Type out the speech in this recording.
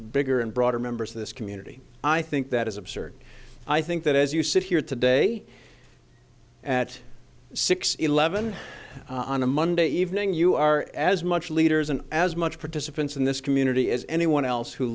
bigger and broader members of this community i think that is absurd i think that as you sit here today at six eleven on a monday evening you are as much leaders and as much participants in this community as anyone else who